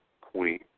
queen